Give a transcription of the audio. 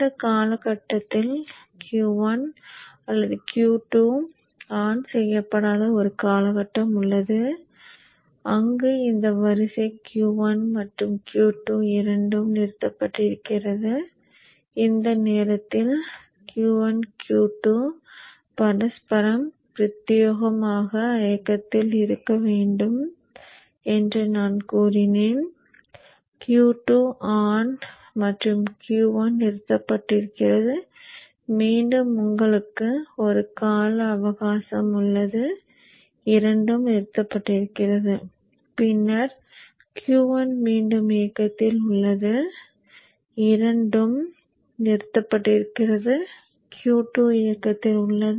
இந்த காலகட்டத்தில் Q1 அல்லது Q2 ஆன் செய்யப்படாத ஒரு காலகட்டம் உள்ளது அங்கு இந்த வரிசை Q1 மற்றும் Q2 இரண்டும் நிறுத்தப்பட்டிருக்கிறது இந்த நேரத்தில் Q1 Q2 பரஸ்பரம் பிரத்தியேகமாக இயக்கத்தில் இருக்க வேண்டும் என்று கூறினேன் Q2 ஆன் மற்றும் Q 1 நிறுத்தப்பட்டிருக்கிறது மீண்டும் உங்களுக்கு ஒரு கால அவகாசம் உள்ளது இரண்டும் நிறுத்தப்பட்டிருக்கிறது பின்னர் Q1 மீண்டும் இயக்கத்தில் உள்ளது இரண்டும் நிறுத்தப்பட்டிருக்கிறது Q2 இயக்கத்தில் உள்ளது